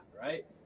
right